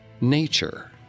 nature